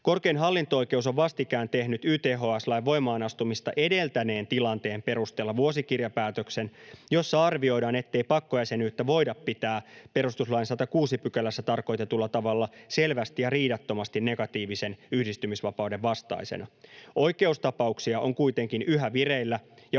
Korkein hallinto-oikeus on vastikään tehnyt YTHS-lain voimaan astumista edeltäneen tilanteen perusteella vuosikirjapäätöksen, jossa arvioidaan, ettei pakkojäsenyyttä voida pitää perustuslain 106 §:ssä tarkoitetulla tavalla selvästi ja riidattomasti negatiivisen yhdistymisvapauden vastaisena. Oikeustapauksia on kuitenkin yhä vireillä, ja